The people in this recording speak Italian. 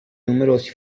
numerosi